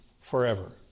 forever